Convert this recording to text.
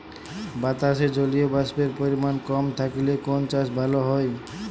বাতাসে জলীয়বাষ্পের পরিমাণ কম থাকলে কোন চাষ ভালো হয়?